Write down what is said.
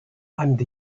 and